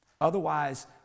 Otherwise